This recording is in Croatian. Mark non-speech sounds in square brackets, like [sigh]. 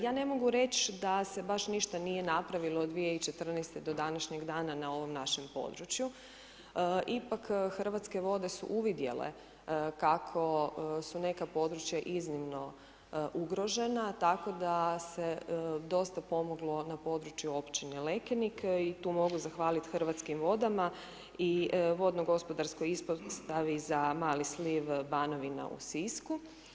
Ja ne mogu reć da se baš ništa nije napravilo od 2014. do današnjeg dana na ovom Ipak Hrvatske vode su uvidjele, kako su neka područja iznimno ugrožena, tako da se dosta pomoglo na području općine Lekenik i tu mogu zahvaliti Hrvatskim vodama i vodno gospodarsko … [unintelligible] stavi za mali sliv Banovina u Sisku.